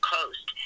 Coast